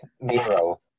Miro